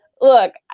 look